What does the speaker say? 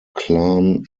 clan